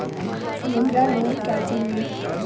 मुद्रा लोन कैसे ले?